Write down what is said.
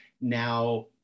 now